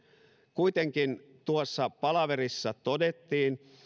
kuitenkin tuossa palaverissa todettiin